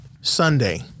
Sunday